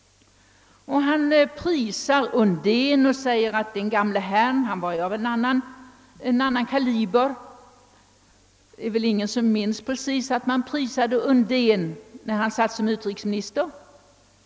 Herr Cassel prisar Östen Undén och säger att den gamle herrn var av en annan kaliber — men det är väl inte någon som kan erinra sig att högern prisade herr Undén när han satt som utrikesminister.